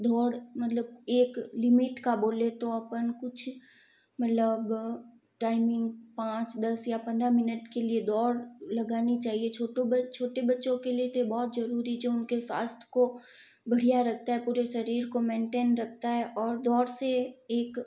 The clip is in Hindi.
दौड़ मलब एक लिमिट का बोले तो अपन कुछ मतलब टाइमिंग पाँच दस या पंद्रह मिनट के लिए दौड़ लगानी चाहिए छोटो छोटे बच्चों के लिए तो ये बहुत ज़रूरी जो उनके स्वास्थ्य को बढ़िया रखता है पूरे शरीर को मेंटेन रखता है और दौड़ से एक